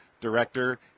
director